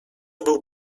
był